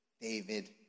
David